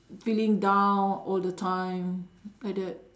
feeling down all the time like that